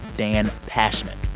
dan pashman.